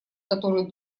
который